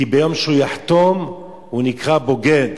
כי ביום שהוא יחתום הוא נקרא "בוגד",